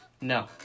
no